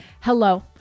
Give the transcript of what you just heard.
hello